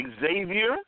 Xavier –